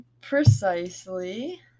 Precisely